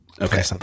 okay